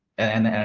and, and